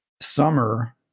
summer